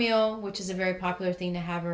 meal which is a very popular thing to have